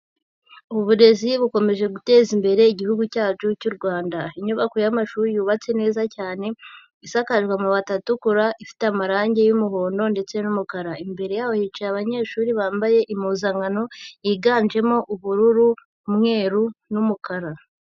Uburezi bukomeje guteza imbere igihugu cyacu cy'u Rwanda. Inyubako y'amashuri yubatse neza cyane, isakajwe amabati atukura, ifite amarangi y'umuhondo ndetse n'umukara. Imbere yaho hicaye abanyeshuri bambaye impuzankano yiganjemo ubururu, umweru n'umukara.